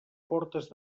fortes